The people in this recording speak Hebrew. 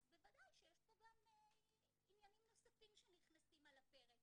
אז בוודאי שיש פה גם עניינים נוספים שנכנסים על הפרק.